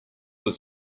was